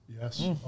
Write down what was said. yes